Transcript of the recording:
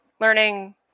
learning